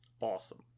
Awesome